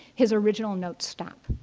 his original notes stopped.